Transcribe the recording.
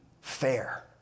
fair